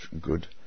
good